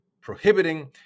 prohibiting